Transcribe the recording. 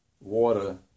water